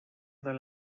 other